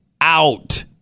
out